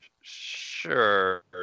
sure